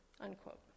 unquote